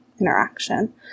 interaction